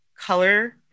color